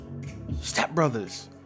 stepbrothers